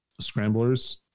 scramblers